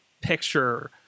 picture